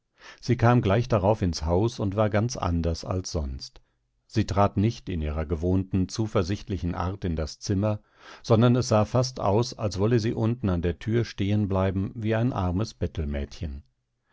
sie kam gleich darauf ins haus und war ganz anders als sonst sie trat nicht in ihrer gewohnten zuversichtlichen art in das zimmer sondern es sah fast aus als wolle sie unten an der tür stehenbleiben wie ein armes